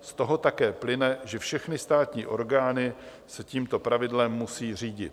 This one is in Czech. Z toho také plyne, že všechny státní orgány se tímto pravidlem musí řídit.